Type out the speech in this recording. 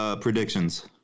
predictions